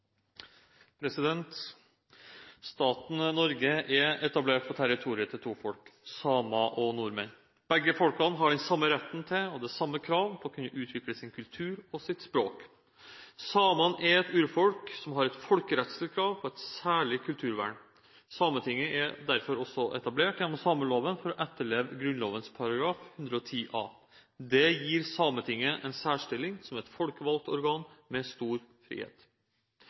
vedtatt. Staten Norge er etablert på territoriet til to folk, samer og nordmenn. Begge folkene har den samme rett til og det samme krav på å kunne utvikle sin kultur og sitt språk. Samene er et urfolk som har et folkerettslig krav på et særlig kulturvern. Sametinget er derfor også etablert gjennom sameloven for å etterleve Grunnloven § 110 a. Dette gir Sametinget en særstilling som et folkevalgt organ med stor frihet.